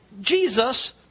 Jesus